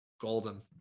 golden